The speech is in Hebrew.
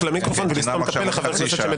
למיקרופון ולסתום את הפה לחבר כנסת אחר.